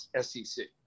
SEC